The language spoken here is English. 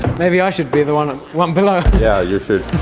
maybe i should be the one one below yeah you should